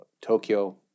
Tokyo